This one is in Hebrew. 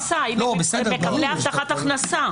אז זה לפי מבחן הכנסה, אם הם מקבלי הבטחת הכנסה.